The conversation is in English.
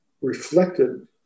reflected